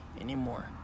anymore